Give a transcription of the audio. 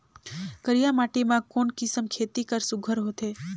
करिया माटी मा कोन किसम खेती हर सुघ्घर होथे?